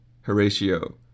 Horatio